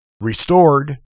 restored